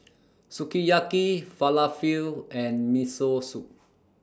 Sukiyaki Falafel and Miso Soup